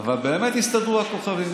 אבל באמת הסתדרו הכוכבים.